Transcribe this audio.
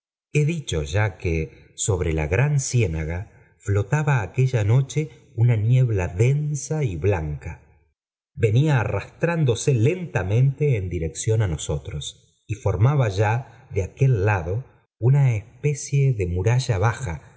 he dicho ya que sobre la gran flotaba aquella noche una niebla densa v blanca venía arrastrándose lentamente en dnvrnúu uosotros y formaba ya de aquel lado una m j